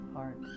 Heart